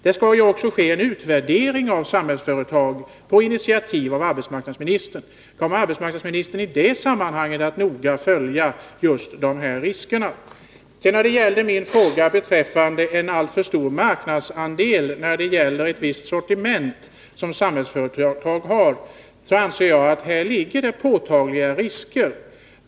Det skall ju också ske en utvärdering av Samhällsföretag, på initiativ av arbetsmarknadsministern. Kommer arbetsmarknadsministern i det sammanhanget att noga följa just de här riskerna? När det gäller min fråga beträffande den alltför stora marknadsandelen för ett visst sortiment som Samhällsföretag har, anser jag att här ligger påtagliga risker.